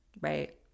right